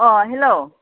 अह hello